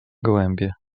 gołębie